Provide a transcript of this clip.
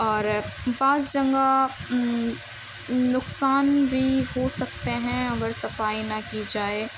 اور بعض جگہ نقصان بھی ہو سکتے ہیں اگر صفائی نہ کی جائے